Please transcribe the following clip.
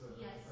Yes